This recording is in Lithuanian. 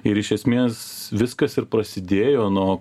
ir iš esmės viskas ir prasidėjo nuo